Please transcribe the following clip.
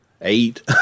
eight